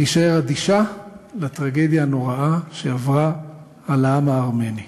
להישאר אדישה לטרגדיה הנוראה שעברה על העם הארמני.